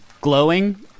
glowing